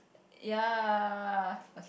ya okay~